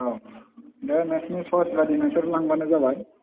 औ दे नोंसोरनि चइस बायदि नोंसोर लांबानो जाबाय